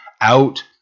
out